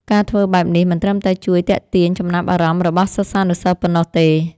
ការធ្វើបែបនេះមិនត្រឹមតែជួយទាក់ទាញចំណាប់អារម្មណ៍របស់សិស្សានុសិស្សប៉ុណ្ណោះទេ។